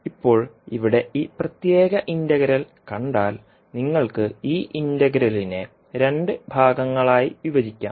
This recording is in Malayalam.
ഇപ്പോൾ ഇവിടെ ഈ പ്രത്യേക ഇന്റഗ്രൽ കണ്ടാൽ നിങ്ങൾക്ക് ഈ ഇന്റഗ്രലിനെ രണ്ട് ഭാഗങ്ങളായി വിഭജിക്കാം